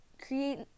create